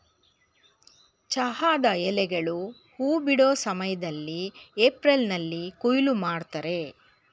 ಚಹಾದ ಎಲೆಗಳು ಹೂ ಬಿಡೋ ಸಮಯ್ದಲ್ಲಿ ಏಪ್ರಿಲ್ನಲ್ಲಿ ಕೊಯ್ಲು ಮಾಡ್ತರೆ